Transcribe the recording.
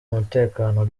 umutekano